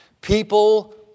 People